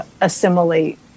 assimilate